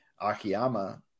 Akiyama